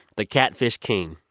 the catfish king,